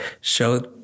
show